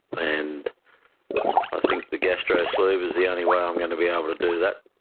and i think the gastro-sleeve is the only way i'm going to be able to do that.